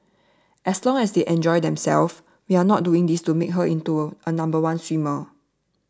as long as they enjoy themselves we are not doing this to make her into a number one swimmer